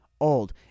old